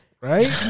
Right